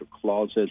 closet